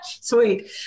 Sweet